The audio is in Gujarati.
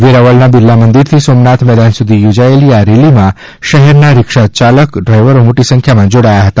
વેરાવળના બિરલા મંદિરથી સોમનાથ મેદાન સુધી યોજાયેલી આ રેલીમાં શહેરના રિક્ષાયાલક ડ્રાઇવરો મોટી સંખ્યામાં જોડાયા હતા